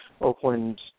Oakland